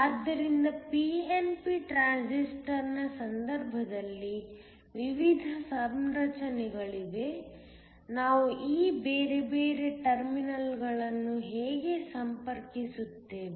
ಆದ್ದರಿಂದ pnp transistor ನ ಸಂದರ್ಭದಲ್ಲಿ ವಿವಿಧ ಸಂರಚನೆಗಳಿವೆ ನಾವು ಈ ಬೇರೆ ಬೇರೆ ಟರ್ಮಿನಲ್ಗಳನ್ನು ಹೇಗೆ ಸಂಪರ್ಕಿಸುತ್ತೇವೆ